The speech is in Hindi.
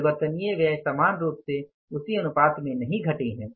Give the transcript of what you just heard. परिवर्तनीय व्यय समान रूप से उसी अनुपात में नहीं घटे हैं